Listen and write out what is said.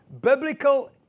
Biblical